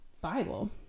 Bible